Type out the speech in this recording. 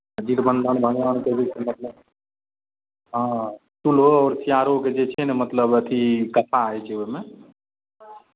जितबन्धन भगवानके जे छै मतलब हँ चुल्हो सियारोके जे छै ने मतलब अथी कथा होइ छै ओहिमे